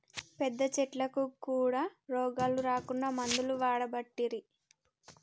పెద్ద చెట్లకు కూడా రోగాలు రాకుండా మందులు వాడబట్టిరి